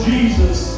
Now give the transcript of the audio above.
Jesus